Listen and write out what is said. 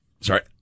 sorry